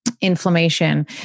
inflammation